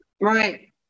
Right